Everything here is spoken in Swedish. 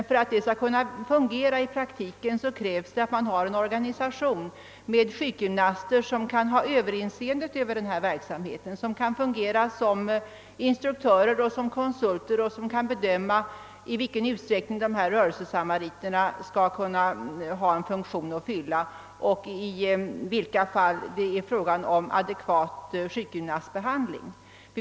För att detta skall kunna fungera i praktiken krävs att man har en organisation med sjukgymnaster, som kan ha överinseendet över denna verksamhet och kan fungera som instruktörer eller konsulter och som kan bedöma i vilken utsträckning dessa rörelsesamariter kan fylla en funktion och i vilka fall det är fråga om adekvat sjukgymnastbehandling.